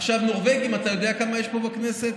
עכשיו, נורבגים, אתה יודע כמה יש פה בכנסת?